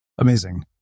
Amazing